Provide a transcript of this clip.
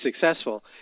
successful